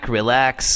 relax